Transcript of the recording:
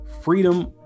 freedom